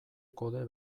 kode